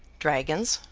dragons,